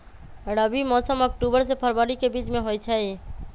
रबी मौसम अक्टूबर से फ़रवरी के बीच में होई छई